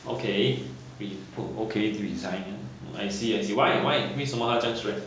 okay re~ okay resign ha I see I see why why 为什么她这样 stressed